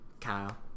Kyle